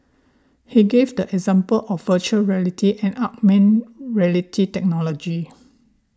he gave the example of Virtual Reality and augmented reality technology